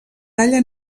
talla